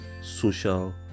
social